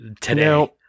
today